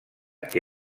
que